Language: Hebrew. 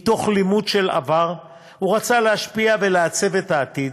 מתוך לימוד של העבר הוא רצה להשפיע ולעצב את העתיד.